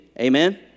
Amen